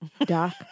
Doc